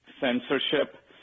censorship